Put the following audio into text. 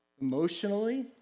emotionally